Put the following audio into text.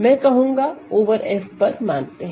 मैं कहूँगा over F पर मानते हैं